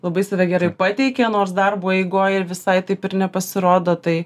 labai save gerai pateikia nors darbo eigoj visai taip ir nepasirodo tai